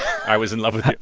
i was in love with you